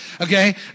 Okay